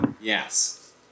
Yes